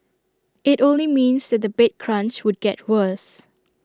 IT only means that the bed crunch would get worse